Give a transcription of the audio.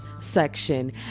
section